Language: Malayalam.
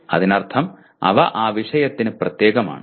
അതിനർത്ഥം അവ ആ വിഷയത്തിന് പ്രത്യേകമാണ്